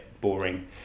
boring